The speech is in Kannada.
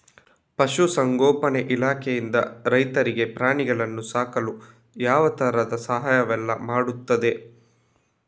ಪಶುಸಂಗೋಪನೆ ಇಲಾಖೆಯಿಂದ ರೈತರಿಗೆ ಪ್ರಾಣಿಗಳನ್ನು ಸಾಕಲು ಯಾವ ತರದ ಸಹಾಯವೆಲ್ಲ ಮಾಡ್ತದೆ?